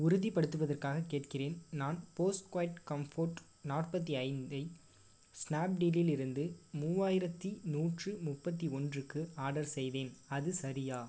உறுதிப்படுத்துவதற்காக கேட்கிறேன் நான் Bose quiet comfort நாற்பத்து ஐந்தை ஸ்னாப்டீலிலிருந்து மூவாயிரத்து நூற்று முப்பத்து ஒன்றுக்கு ஆர்டர் செய்தேன் அது சரியா